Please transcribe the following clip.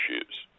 issues